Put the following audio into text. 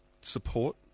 support